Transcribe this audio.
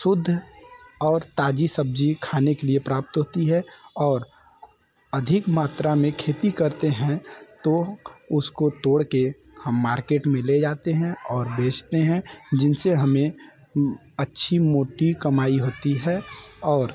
शुद्ध और ताज़ी सब्ज़ी खाने के लिए प्राप्त होती है और अधिक मात्रा में खेती करते हैं तो उसको तोड़ कर हम मार्केट में ले जाते हैं और बेचते हैं जिनसे हमें अच्छी मोटी कमाई होती है और